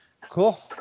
Cool